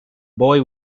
boy